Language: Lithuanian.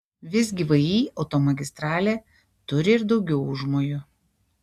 visgi vį automagistralė turi ir daugiau užmojų